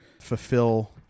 fulfill